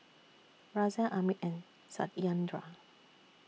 Razia Amit and Satyendra